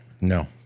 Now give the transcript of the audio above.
No